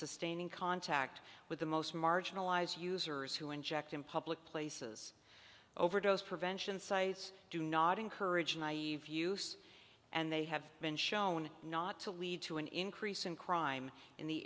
sustaining contact with the most marginalized users who inject in public places overdose prevention sites do not encourage naive use and they have been shown not to lead to an increase in crime in the